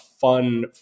fun